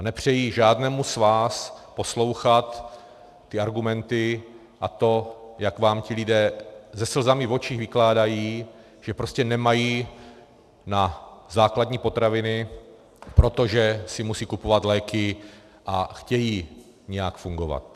Nepřeji žádnému z vás poslouchat ty argumenty a to, jak vám ti lidé se slzami v očích vykládají, že prostě nemají na základní potraviny, protože si musí kupovat léky a chtějí nějak fungovat.